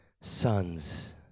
sons